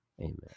Amen